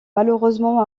malheureusement